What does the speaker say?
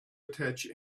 attach